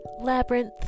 Labyrinth